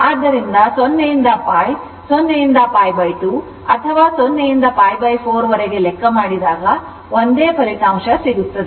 ಆದ್ದರಿಂದ 0 ರಿಂದ π 0 ರಿಂದ π 2 ಅಥವಾ0 ರಿಂದ π 4 ವರೆಗೆ ಲೆಕ್ಕ ಮಾಡಿದಾಗ ಒಂದೇ ಫಲಿತಾಂಶ ಸಿಗುತ್ತದೆ